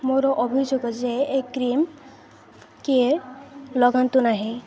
ମୋର ଅଭିଯୋଗ ଯେ ଏ କ୍ରିମ୍ କିଏ ଲଗାନ୍ତୁ ନାହିଁ